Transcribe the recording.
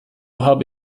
habe